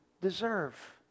deserve